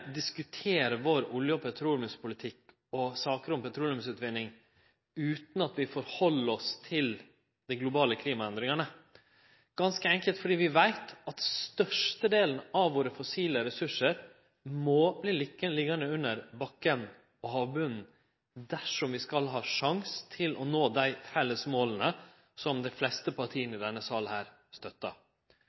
vår olje- og petroleumspolitikk og saker om petroleumsutvinning utan at vi ser på dei globale klimaendringane, ganske enkelt fordi vi veit at størstedelen av våre fossile ressursar må verte liggjande under bakken på havbotnen dersom vi skal ha sjanse til å nå dei felles måla som dei fleste partia i denne salen støttar.